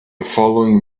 following